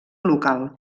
local